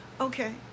Okay